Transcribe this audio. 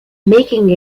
making